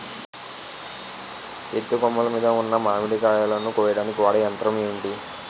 ఎత్తు కొమ్మలు మీద ఉన్న మామిడికాయలును కోయడానికి వాడే యంత్రం ఎంటి?